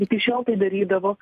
iki šiol tai darydavo